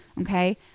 Okay